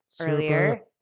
earlier